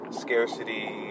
scarcity